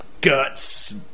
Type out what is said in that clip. guts